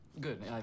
Good